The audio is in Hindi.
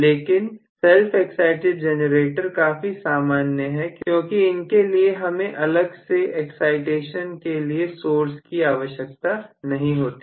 लेकिन सिर्फ एक्साइटिड जनरेटर काफी सामान्य है क्योंकि इनके लिए हमें अलग से एक्साइटेशन के लिए सोर्स की आवश्यकता नहीं होती है